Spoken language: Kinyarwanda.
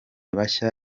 bashya